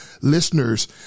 listeners